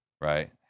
Right